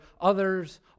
others